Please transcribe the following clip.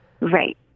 Right